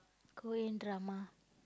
Korean drama